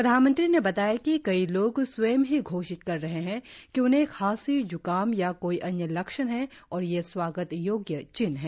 प्रधानमंत्री ने बताया कि कई लोग स्वयं ही घोषित कर रहे है कि उन्हें खांसी ज्काम या कोई अन्य लक्षण है और यह स्वागत योग्य चिन्ह है